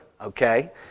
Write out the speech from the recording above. okay